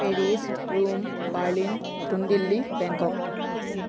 Paris Rome Berlin নতুন দিল্লী বেংকক